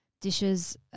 dishes